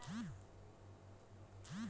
লারিদের জ্যনহে যে ছব ব্যবছা গুলা ক্যরা হ্যয়